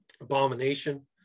Abomination